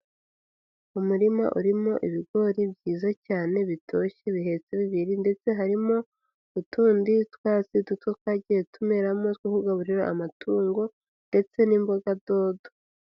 Umurima urimo ibigori byiza cyane bitoshye bihetse bibiri ndetse harimo utundi twatsi duto twagiye tumeramo two kugaburira amatungo ndetse n'imboga dodo.